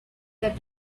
that